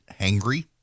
hangry